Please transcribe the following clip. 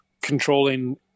controlling